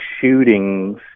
shootings